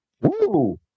Woo